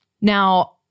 Now